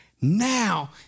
Now